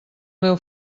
meu